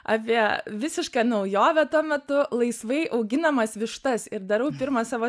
apie visišką naujovę tuo metu laisvai auginamas vištas ir darau pirmą savo